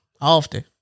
Often